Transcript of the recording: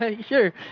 Sure